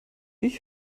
ich